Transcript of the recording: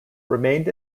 remained